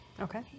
Okay